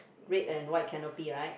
red and white canopy right